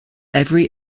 every